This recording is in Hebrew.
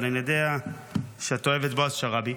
ואני יודע שאתה אוהב את בועז שרעבי,